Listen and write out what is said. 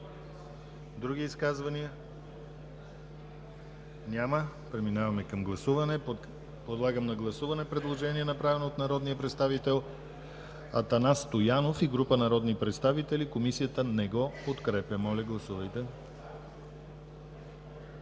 Други изказвания? Няма. Преминаваме към гласуване. Подлагам на гласуване предложение, направено от народния представител Атанас Стоянов и група народни представители. Комисията не го подкрепя. Гласували